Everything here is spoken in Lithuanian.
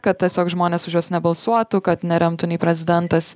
kad tiesiog žmonės už juos nebalsuotų kad neremtų nei prezidentas